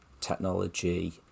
technology